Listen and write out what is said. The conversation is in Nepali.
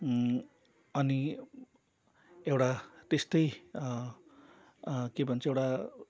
अनि एउटा त्यस्तै के भन्छ एउटा